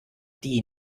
die